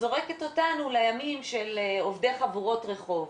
זורקת אותנו לימים של עובדי חבורות רחוב,